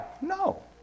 No